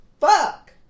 Fuck